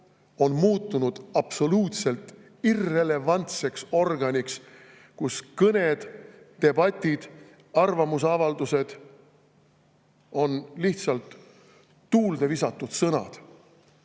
on muutunud absoluutselt irrelevantseks organiks, kus kõned, debatid, arvamusavaldused on lihtsalt tuulde visatud sõnad